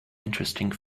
interesting